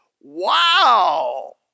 wow